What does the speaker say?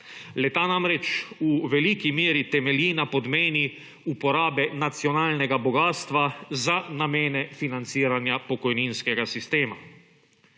Le-ta namreč v veliki meri temelji na podmeni uporabe nacionalnega bogastva za namene financiranja pokojninskega sistema.